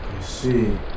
see